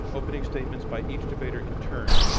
opening statements by each debater in turn.